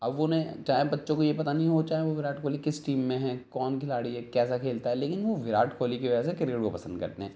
اب انہیں چاہے بچوں کو یہ پتہ نہیں ہو چاہے وہ وراٹ کوہلی کس ٹیم میں ہے کون کھلاڑی ہے کیسا کھیلتا ہے لیکن وہ وراٹ کوہلی کی وجہ سے کرکٹ کو پسند کرتے ہیں